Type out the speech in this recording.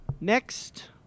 next